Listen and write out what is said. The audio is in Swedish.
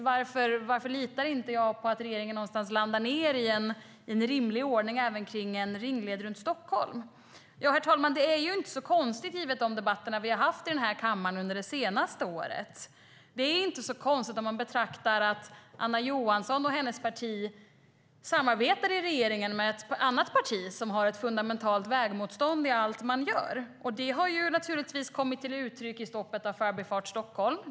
Varför litar jag inte på att regeringen någonstans ska landa i en rimlig ordning även kring en ringled runt Stockholm? Herr talman! Det är inte så konstigt givet de debatter vi har haft här i kammaren under det senaste året. Det är inte så konstigt om man beaktar att Anna Johansson och hennes parti ju samarbetar i regeringen med ett annat parti som har ett fundamentalt vägmotstånd i allt man gör. Det har naturligtvis kommit till uttryck i stoppet av Förbifart Stockholm.